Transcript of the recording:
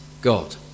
God